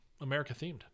America-themed